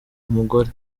umugore